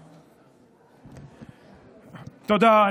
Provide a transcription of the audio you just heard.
תודה.